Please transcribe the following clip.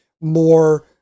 more